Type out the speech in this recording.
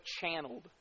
channeled